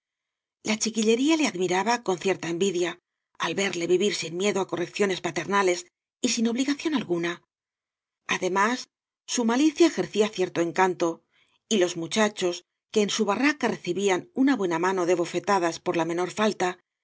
la chiquillería le admiraba con cierta envidia al verle vivir ein miedo á correcciones paternales y sin obligación alguna además su malicia ejercía cierto encanto y los muchachos que en su barraca recibían una buena mano de bofetadas por la menor falta